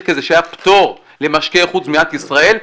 כזה שהיה פטור למשקיעי חוץ במדינת ישראל,